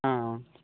ஆ